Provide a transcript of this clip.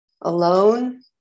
alone